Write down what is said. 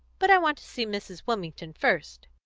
but i want to see mrs. wilmington first.